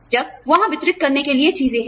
जब वहाँ वितरित करने के लिए चीजें हैं